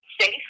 safe